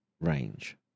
range